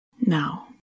Now